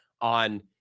on